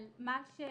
אבל מה שאנחנו,